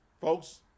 Folks